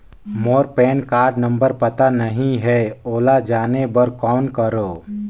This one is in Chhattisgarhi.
मोर पैन कारड नंबर पता नहीं है, ओला जाने बर कौन करो?